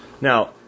Now